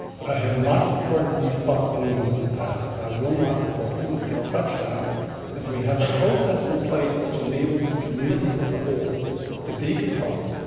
but i have not supported these spot zones in the past. i will not support them until such time as we have a process in place which enables the community as a whole to be consulted